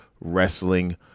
wrestling